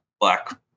black